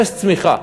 אפס צמיחה.